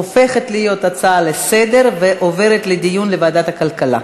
הופכת להיות הצעה לסדר-היום ועוברת לדיון בוועדת הכלכלה.